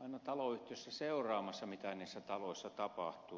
aina taloyhtiöissä seuraamassa mitä niissä taloissa tapahtuu